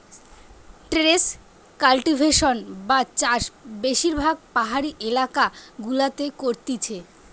terrace cultivation বা চাষ বেশিরভাগ পাহাড়ি এলাকা গুলাতে করতিছে